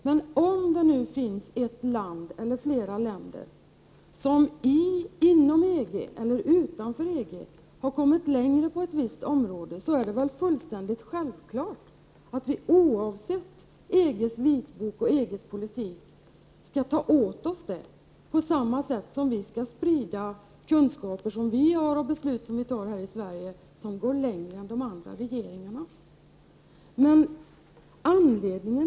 Men om ett land eller flera länder inom eller utanför EG har kommit längre på ett visst område, är det väl alldeles självklart att vi oavsett EG:s politik skall ta åt oss det, på samma sätt som vi skall sprida kunskaper som vi har och redogöra för beslut som vi fattar i Sverige och som går längre än de andra regeringarnas beslut.